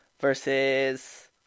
versus